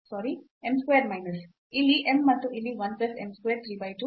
ಇಲ್ಲಿ m ಮತ್ತು ಇಲ್ಲಿ 1 plus m square 3 by 2